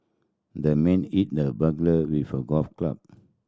the man hit the burglar with a golf club